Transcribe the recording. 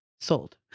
sold